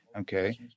Okay